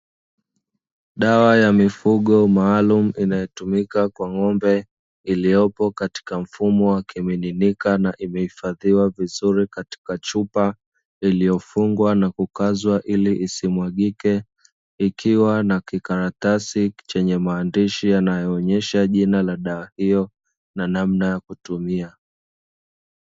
Duka ya mifugo maalum inayotumika kwa ng’ombe, iliyopo katika mfumo wa kimiminikika na imehifadhiwa vizuri katika chupa. Iliyofungwa na kukazwa ilia isimwagike, ikiwa na kikaratasi chenye maandishi yanayoonyesha jina la dawa hiyo na namna ya kutumia.